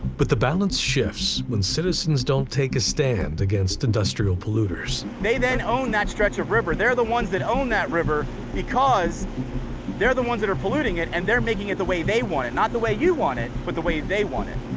but the balance shifts when citizens don't take a stand against industrial polluters. they then own that stretch of river, they're the ones that own that river because they're the ones that are polluting it and they're making it the way they want it, not the way you want it, but the way they want it.